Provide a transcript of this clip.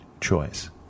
choice